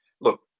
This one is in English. Look